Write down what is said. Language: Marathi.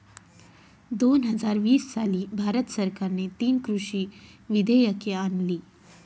दोन हजार वीस साली भारत सरकारने तीन कृषी विधेयके आणली